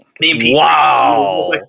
Wow